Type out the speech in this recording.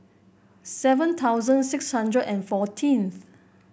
seven thousand six hundred and fourteen